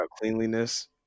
cleanliness